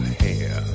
hair